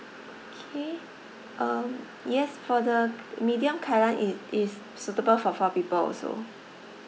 okay um yes for the medium kailan it is suitable for four people also